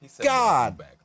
God